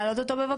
נשמח